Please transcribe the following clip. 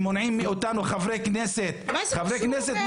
מונעים מאיתנו חברי כנסת, לבקר.